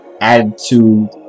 attitude